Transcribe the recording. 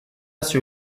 sur